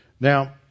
Now